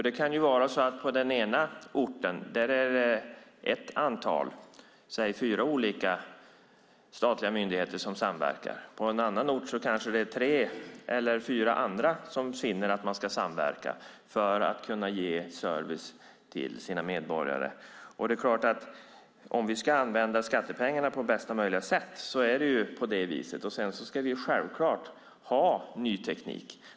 Det kan vara så att det på den ena orten är ett antal, säg fyra, olika statliga myndigheter som samverkar. På en annan ort kanske det är tre eller fyra andra som finner att de ska samverka för att kunna ge service till medborgarna. Om vi ska använda skattepengarna på bästa möjliga sätt är det på det viset. Sedan ska vi självklart ha ny teknik.